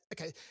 Okay